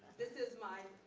this is my